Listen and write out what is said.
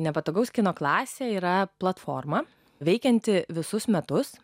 nepatogaus kino klasė yra platforma veikianti visus metus